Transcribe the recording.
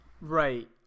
right